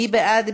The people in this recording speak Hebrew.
מי בעד?